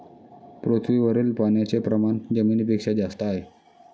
पृथ्वीवरील पाण्याचे प्रमाण जमिनीपेक्षा जास्त आहे